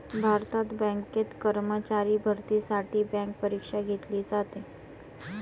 भारतात बँकेत कर्मचारी भरतीसाठी बँक परीक्षा घेतली जाते